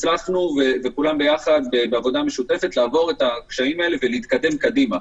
הצלחנו בעבודה משותפת לעבור את הקשיים האלה ולהתקדם קדימה.